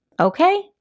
Okay